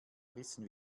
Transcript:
rissen